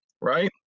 right